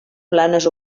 planes